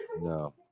No